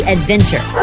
Adventure